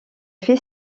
fait